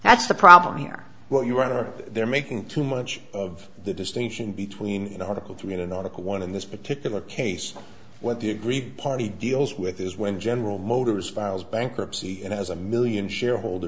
that's the problem here what you are they're making too much of the distinction between article commune and article one in this particular case what the aggrieved party deals with is when general motors files bankruptcy and has a million shareholder